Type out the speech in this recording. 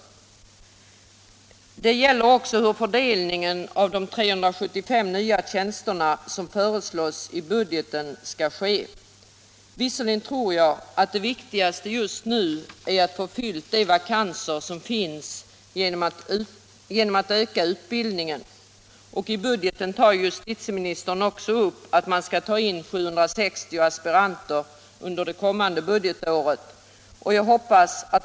polistjänster Det gäller också hur de 375 nya tjänster som föreslås i budgetpropositionen skall fördelas. Visserligen tror jag att det viktigaste just nu är att få de vakanser som finns fyllda genom att öka utbildningen. I budgetpropositionen sägs att man skall ta in 760 aspiranter under det kommande budgetåret.